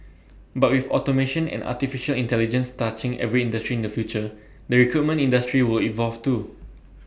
but with automation and Artificial Intelligence touching every industry in the future the recruitment industry will evolve too